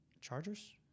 Chargers